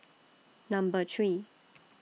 Number three